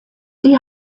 die